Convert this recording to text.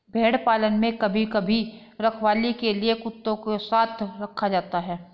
भेड़ पालन में कभी कभी रखवाली के लिए कुत्तों को साथ रखा जाता है